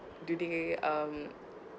do they um